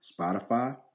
Spotify